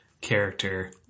character